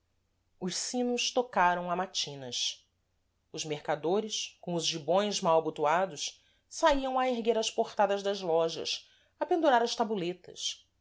os sinos tocaram a matinas os mercadores com os gibões mal abotoados saíam a erguer as portadas das lojas a pendurar as taboletas